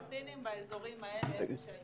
עם היישובים הפלסטינים באזורים האלה?